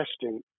testing